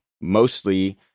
mostly